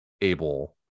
able